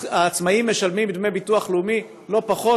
העצמאים משלמים דמי ביטוח לאומי לא פחות